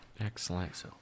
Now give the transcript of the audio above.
Excellent